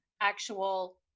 actual